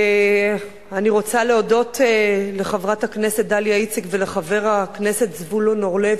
אני רוצה להודות לחברת הכנסת דליה איציק ולחבר הכנסת זבולון אורלב,